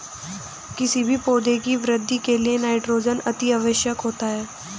किसी भी पौधे की वृद्धि के लिए नाइट्रोजन अति आवश्यक होता है